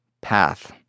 path